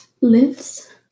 lives